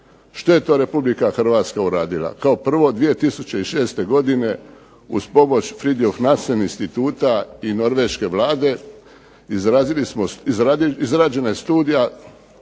Što je to Republika Hrvatska uradila? Kao prvo 2006. godine uz pomoć .../Govornik se ne razumije./... instituta i norveške Vlade izrađena je studija